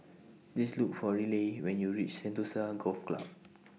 Please Look For Riley when YOU REACH Sentosa Golf Club